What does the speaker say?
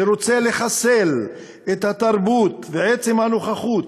שרוצה לחסל את התרבות ואת עצם הנוכחות